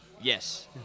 Yes